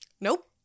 Nope